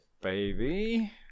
baby